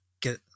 get